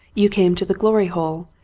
you came to the glory hole,